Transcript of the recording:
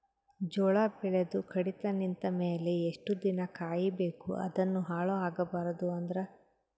ಜೋಳ ಬೆಳೆದು ಕಡಿತ ನಿಂತ ಮೇಲೆ ಎಷ್ಟು ದಿನ ಕಾಯಿ ಬೇಕು ಅದನ್ನು ಹಾಳು ಆಗಬಾರದು ಅಂದ್ರ?